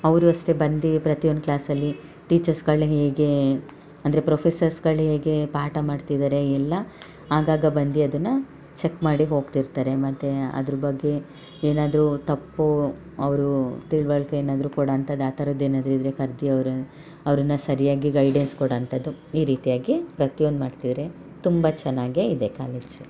ಅವರೂ ಅಷ್ಟೇ ಬಂದು ಪ್ರತಿಯೊಂದು ಕ್ಲಾಸಲ್ಲಿ ಟೀಚರ್ಸ್ಗಳು ಹೇಗೆ ಅಂದರೆ ಪ್ರೊಫೆಸರ್ಸ್ಗಳು ಹೇಗೆ ಪಾಠ ಮಾಡ್ತಿದ್ದಾರೆ ಎಲ್ಲ ಆಗಾಗ ಬಂದು ಅದನ್ನು ಚೆಕ್ ಮಾಡಿ ಹೋಗ್ತಿರ್ತಾರೆ ಮತ್ತು ಅದ್ರ ಬಗ್ಗೆ ಏನಾದರೂ ತಪ್ಪು ಅವರು ತಿಳಿವಳ್ಕೆ ಏನಾದರೂ ಕೊಡಂಥದ್ದು ಆ ಥರದ್ದು ಏನಾದ್ರೂ ಇದ್ದರೆ ಕರ್ದು ಅವ್ರು ಅವರನ್ನ ಸರಿಯಾಗಿ ಗೈಡೆನ್ಸ್ ಕೊಡೋಂಥದ್ದು ಈ ರೀತಿಯಾಗಿ ಪ್ರತಿಯೊಂದು ಮಾಡ್ತಿದ್ದಾರೆ ತುಂಬ ಚೆನ್ನಾಗಿ ಇದೆ ಕಾಲೇಜು